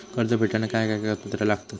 कर्ज फेडताना काय काय कागदपत्रा लागतात?